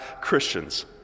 Christians